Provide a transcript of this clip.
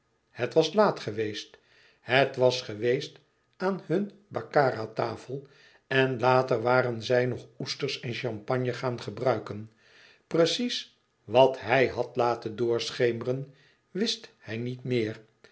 het was laat geweest het was geweest aan hun baccara tafel en later waren zij nog oesters en champagne gaan gebruiken precies wàt hij had laten doorschemeren wist hij niet meer